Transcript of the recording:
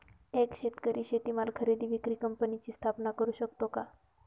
एक शेतकरी शेतीमाल खरेदी विक्री कंपनीची स्थापना करु शकतो का?